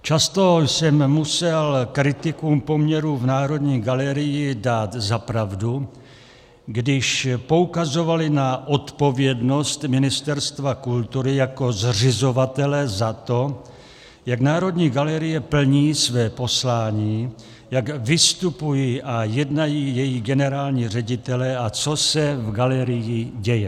Často jsem musel kritikům poměrů v Národní galerii dát za pravdu, když poukazovali na odpovědnost Ministerstva kultury jako zřizovatele za to, jak Národní galerie plní své poslání, jak vystupují a jednají její generální ředitelé a co se v galerii děje.